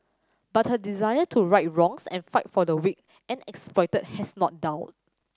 but her desire to right wrongs and fight for the weak and exploited has not dulled